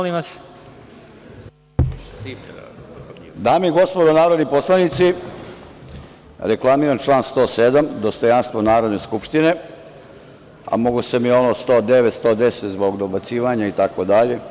Dame i gospodo narodni poslanici, reklamiram član 107, dostojanstvo Narodne skupštine, a mogao sam i 109, 110, zbog dobacivanja itd.